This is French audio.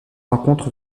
rencontre